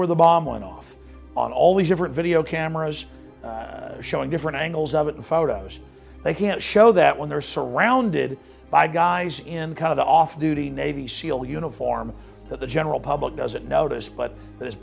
the bomb went off on all these different video cameras showing different angles of it the photos they can't show that when they're surrounded by guys in kind of the off duty navy seal uniform that the general public doesn't notice but